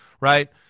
right